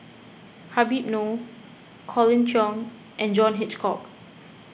Habib Noh Colin Cheong and John Hitchcock